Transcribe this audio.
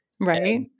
Right